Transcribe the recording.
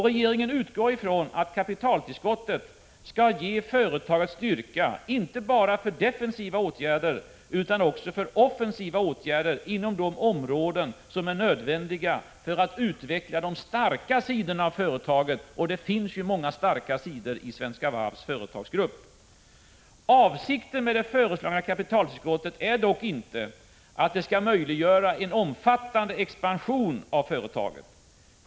Regeringen utgår från att kapitaltillskottet skall ge företaget styrka inte bara för defensiva åtgärder, utan också för offensiva åtgärder inom de områden som är nödvändiga för att utveckla de starka sidorna av företaget. Det finns också många starka sidor i Svenska Varvs företagsgrupp. Avsikten med det föreslagna kapitaltillskottet är dock inte att det skall möjliggöra en omfattande expansion av företaget.